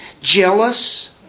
jealous